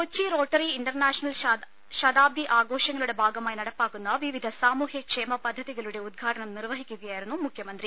Kochi rotary international ശതാബ്ദി ആഘോഷങ്ങളുടെ ഭാഗമായി നടപ്പാക്കുന്ന വിവിധ സാമൂഹ്യക്ഷേമ പദ്ധതികളുടെ ഉദ്ഘാടനം നിർവ്വഹിക്കുകയായിരുന്നു മുഖ്യമന്ത്രി